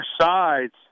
sides